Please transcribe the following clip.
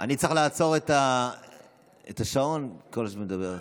אני צריך לעצור את השעון כשאת מדברת.